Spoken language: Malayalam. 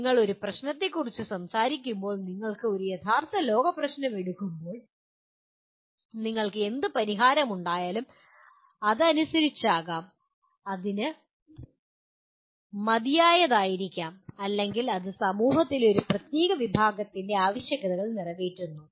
നിങ്ങൾ ഒരു പ്രശ്നത്തെക്കുറിച്ച് സംസാരിക്കുമ്പോൾ നിങ്ങൾ ഒരു യഥാർത്ഥ ലോക പ്രശ്നം എടുക്കുമ്പോൾ നിങ്ങൾക്ക് എന്ത് പരിഹാരം ഉണ്ടായാലും അത് അനുസരിച്ച് ആകാം അത് മതിയായതായിരിക്കാം അല്ലെങ്കിൽ അത് സമൂഹത്തിലെ ഒരു പ്രത്യേക വിഭാഗത്തിന്റെ ആവശ്യകതകൾ നിറവേറ്റുന്നു